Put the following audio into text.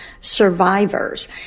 survivors